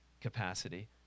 capacity